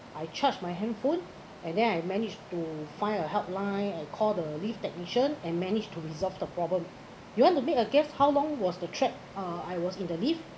I charged my handphone and then I managed to find a helpline and call the lift technician and manage to resolve the problem you want to make a guess how long was the trapped uh I was in the lift